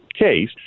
case